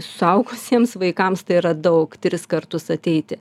suaugusiems vaikams tai yra daug tris kartus ateiti